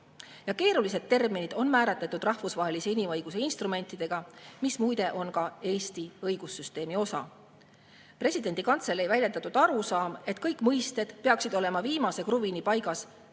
Ja keerulised terminid on määratletud rahvusvahelise inimõiguse instrumentidega, mis muide on ka Eesti õigussüsteemi osa. Presidendi kantselei väljendatud arusaam, et kõik mõisted peaksid olema viimase kruvini paigas,